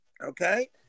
Okay